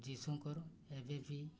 ଯିଶୁଙ୍କର ଏବେବି